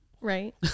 Right